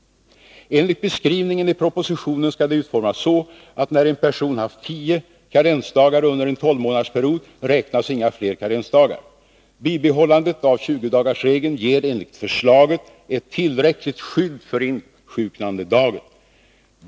Enligt beskrivningen i propositionen skall det utformas så, att när en person haft tio karensdagar under en tolvmånadersperiod räknas inga fler karensdagar. Bibehållandet av 20-dagarsregeln ger enligt förslaget ett tillräckligt skydd för insjuknandedagen.